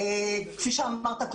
כפי שאמרת,